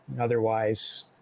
Otherwise